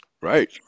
Right